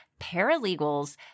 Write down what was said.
paralegals